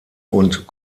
und